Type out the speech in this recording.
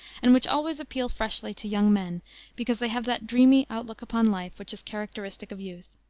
and which always appeal freshly to young men because they have that dreamy outlook upon life which is characteristic of youth.